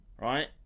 right